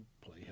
play